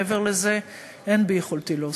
מעבר לזה אין ביכולתי להוסיף.